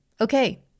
Okay